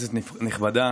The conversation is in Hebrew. כנסת נכבדה,